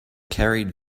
carried